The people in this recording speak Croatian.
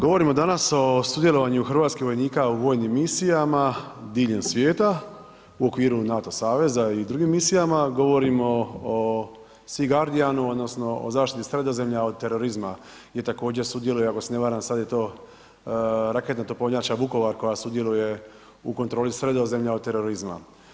Govorimo danas o sudjelovanju hrvatskih vojnika u vojnim misijama diljem svijeta u okviru NATO saveza i drugim misijama, govorimo o Sea Guardianu odnosno o zaštiti Sredozemlja od terorizma gdje također sudjeluje ako se ne varam sad je to raketna topovnjača Vukovar koja sudjeluje u kontroli Sredozemlja od terorizma.